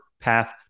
Path